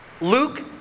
Luke